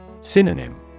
Synonym